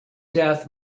death